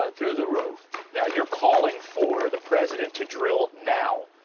ah through the roof now you're calling for the president to drill now